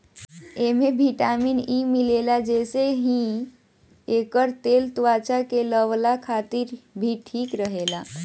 एमे vitamin E मिलेला जेसे की एकर तेल त्वचा पे लगवला खातिर भी ठीक रहेला